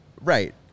right